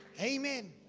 Amen